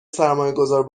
سرمایهگذار